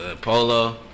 polo